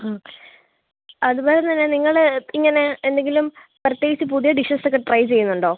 ആ അതുപോലെത്തന്നെ നിങ്ങൾ ഇങ്ങനെ എന്തെങ്കിലും പ്രത്യേകിച്ച് പുതിയ ഡിഷസ് ഒക്കെ ട്രൈ ചെയ്യുന്നുണ്ടോ